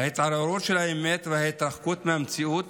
ההתערערות של האמת וההתרחקות מהמציאות